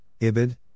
Ibid